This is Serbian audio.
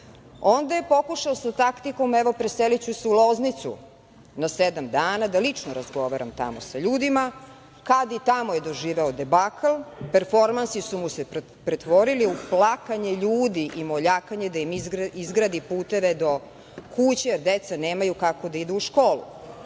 je pokušao sa taktikom – evo, preseliću se u Loznicu na sedam dana, da lično razgovaram tamo sa ljudima. Kad, i tamo je doživeo debakl. Performansi su mu se pretvorili u plakanje ljudi i moljakanje da im izgradi puteve do kuća, jer deca nemaju kako da idu u školu. Povrh